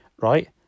Right